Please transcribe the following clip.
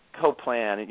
co-plan